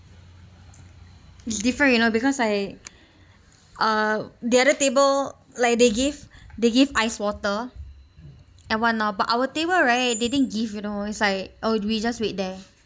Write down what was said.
it's different you know because I uh the other table like they gave they gave ice water and what now but our table right didn't give you know it's like oh we just wait there